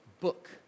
book